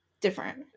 Different